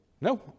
No